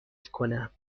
کنم